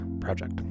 project